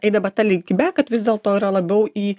einama ta linkme kad vis dėlto yra labiau į